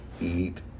eat